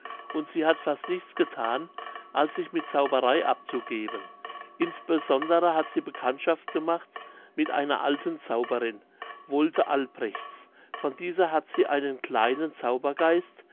und sie hat fast nichts gethan als sich mit zauberei abzugeben insbesondere hat sie bekanntschaft gemacht mit einer alten zauberin wolde albrechts von dieser hat sie einen kleinen